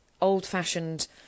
old-fashioned